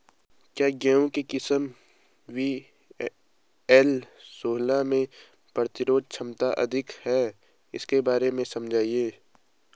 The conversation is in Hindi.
क्या गेहूँ की किस्म वी.एल सोलह में प्रतिरोधक क्षमता अधिक है इसके बारे में समझाइये?